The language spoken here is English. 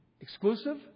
Exclusive